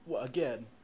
Again